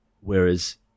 whereas